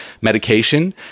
medication